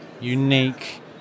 unique